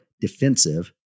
defensive